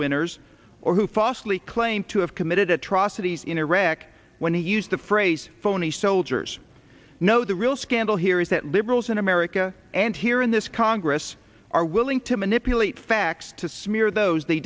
winners or who fosli claim to have committed atrocities in iraq when he used the phrase phony soldiers know the real scandal here is that liberals in america and here in this congress are willing to manipulate facts to smear those they